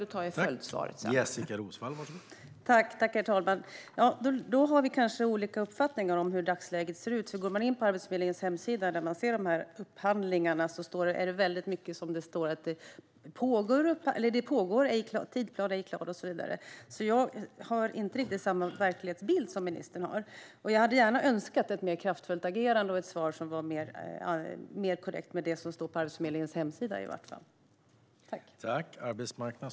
Jag tar det i följdsvaret sedan.